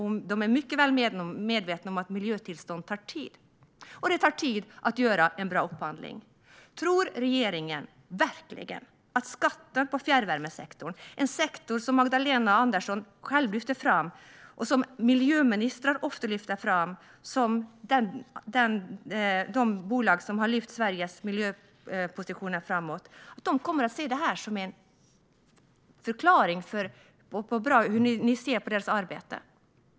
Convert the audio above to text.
Båda ministrarna är mycket väl medvetna om att det tar tid att få miljötillstånd och att det tar tid att göra en bra upphandling. Tror regeringen verkligen att fjärrvärmebolagen kommer att se skatten på fjärrvärmesektorn som en bekräftelse på hur bra ni tycker att deras arbete är? Magdalena Andersson lyfte själv fram, och miljöministrar lyfter ofta fram, dessa bolag och att de har fört Sveriges miljöposition framåt.